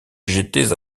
j’étais